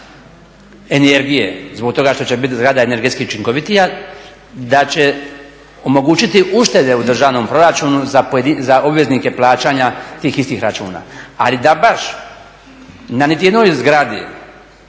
energije zbog toga što će biti zgrada energetski učinkovitija, da će omogućiti uštede u državnom proračunu za obveznike plaćanje tih istih računa, ali da baš na ni jednoj zgradi